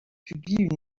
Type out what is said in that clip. publie